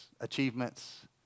achievements